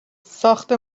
ساخت